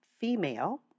female